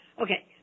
Okay